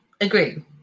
agreed